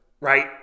right